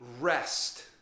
rest